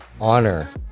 honor